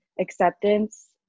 acceptance